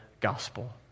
gospel